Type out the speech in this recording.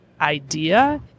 idea